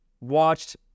watched